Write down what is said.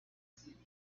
cine